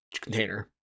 container